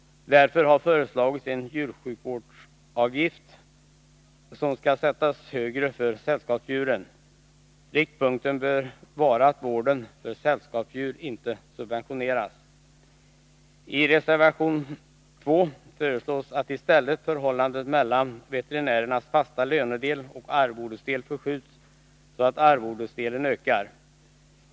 Därför har föreslagits en djursjukvårdsavgift som skall sättas högre för sällskapsdjuren. Riktpunkten bör vara att vården av sällskapsdjur inte subventioneras. Treservation nr 2 föreslås att i stället förhållandet mellan veterinärens fasta lönedel och arvodesdelen förskjuts så att arvodesandelen ökar.